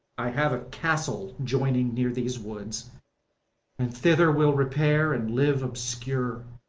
i have a castle joining near these woods and thither we'll repair, and live obscure,